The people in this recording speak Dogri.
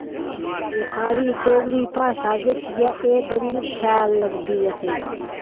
एह् साढ़ी डोगरी भाशा जेह्की ऐ एह् बड़ी शैल लगदी असें